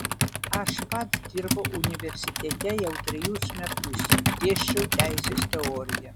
aš pats dirbau universitete jau trejus metus dėsčiau teisės teoriją